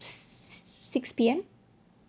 six P_M